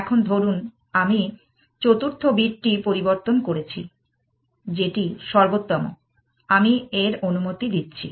এখন ধরুন আমি চতুর্থ বিটটি পরিবর্তন করেছি যেটি সর্বোত্তম আমি এর অনুমতি দিচ্ছি